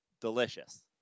Delicious